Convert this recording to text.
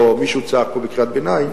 או מישהו צעק פה בקריאת ביניים,